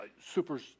super